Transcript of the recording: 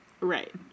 Right